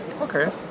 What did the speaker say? Okay